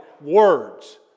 words